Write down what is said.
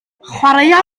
chwaraea